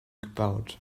gebaut